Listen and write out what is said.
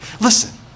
Listen